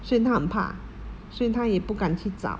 所以她很怕所以她也不敢去找